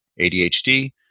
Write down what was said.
ADHD